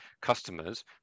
customers